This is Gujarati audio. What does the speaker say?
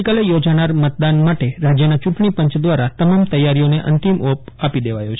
આવતીકાલે યોજાનાર મતદાન માટે રાજ્યના ચુંટણી પંચ દ્વારા તમામ તૈયારીઓને અંતિમ ઓપ આપી દેવાયો છે